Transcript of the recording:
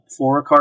fluorocarbon